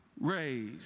raised